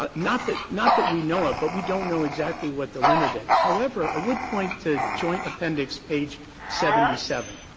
um not that not that we know of, but we don't know exactly what the lender did. however, i would point to joint appendix page seventy seven.